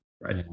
Right